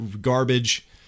garbage